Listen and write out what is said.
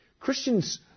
Christians